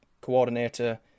coordinator